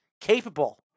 capable